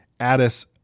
Addis